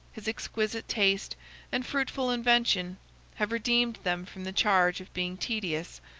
his exquisite taste and fruitful invention have redeemed them from the charge of being tedious,